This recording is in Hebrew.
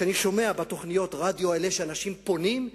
שאני שומע בתוכניות הרדיו האלה שאנשים פונים,